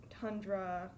tundra